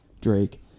Drake